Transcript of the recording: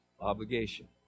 Obligation